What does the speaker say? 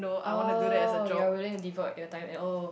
oh you're willing to devote your time and oh